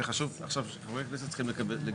זה חשוב עכשיו שחברי הכנסת צריכים לקבל,